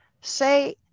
say